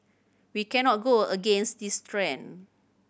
we cannot go against this trend